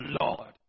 Lord